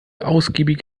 ausgiebig